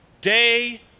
day